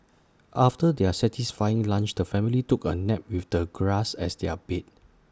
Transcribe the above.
after their satisfying lunch the family took A nap with the grass as their bed